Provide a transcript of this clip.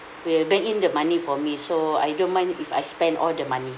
will bank in the money for me so I don't mind if I spend all the money